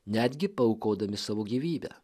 netgi paaukodami savo gyvybę